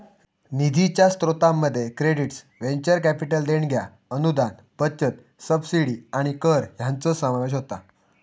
निधीच्या स्रोतांमध्ये credits, venture capital देणग्या, अनुदान, बचत, सबसिडी आणि कर हयांचो समावेश होता